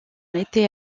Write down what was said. été